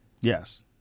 Yes